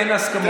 אין הסכמות.